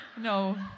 No